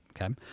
Okay